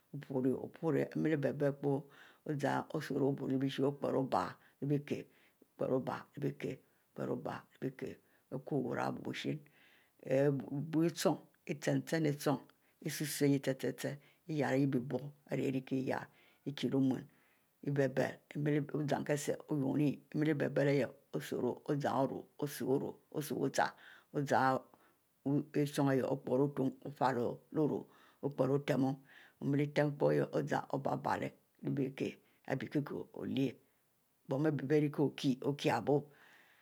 Opiri-piri enleh biele epo osuro obiuro ibie shie, oepri obie-obie leh biekieh, oran ari bui wuchien, biue nchong ochin-chin nchong, osu-sur ihieh chie-chie iyari buie bieb uieh iri irikieh ko yakiri kie leh ome wubile bile ozan keseieh ounie, enleh biele so ozan oru osu biuchle ozan nchong, ozan nchong utuni ofie leh oru opori lemu-temu, omle tem epo zan leh bikieh kikieh olyieh, bom ari bie riko kie, okie bie